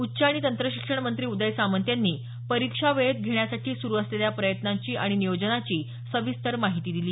उच्च आणि तंत्रशिक्षण मंत्री उदय सामंत यांनी परीक्षा वेळेत घेण्यासाठी सुरू असलेल्या प्रयत्नांची आणि नियोजनाची माहिती दिली